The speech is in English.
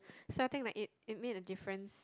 so I think that it it made a difference